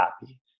happy